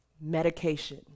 Medication